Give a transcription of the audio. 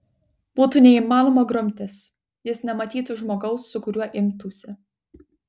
būtų neįmanoma grumtis jis nematytų žmogaus su kuriuo imtųsi